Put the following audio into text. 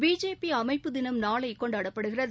BJP அமைப்பு தினம் நாளை கொண்டாடப்படுகிறது